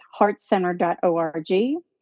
heartcenter.org